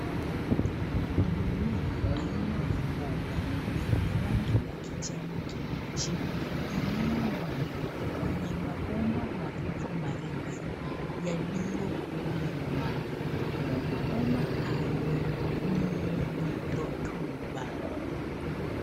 Ni mimea aina ya mboga yenye rangi ya kijani kibichi iliyomea kwenye mabomba marefu marefu yaliyo wima. Mabomba hayo ni yenye rotuba.